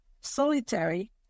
Solitary